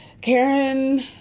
Karen